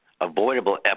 avoidable